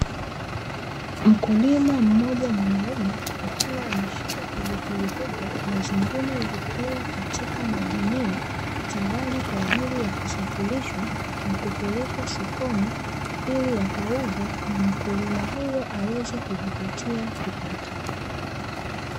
Mkulima mmoja mwanaume akiwa ameshika pilipili hoho, na zingine zikiwa katika magunia tayari kwa ajili ya kusafirishwa na kupelekwa sokoni, ili yakauzwe na mkulima huyo aweze kujipatia kipato.